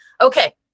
okay